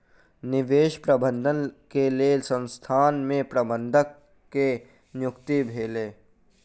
निवेश प्रबंधन के लेल संसथान में प्रबंधक के नियुक्ति भेलै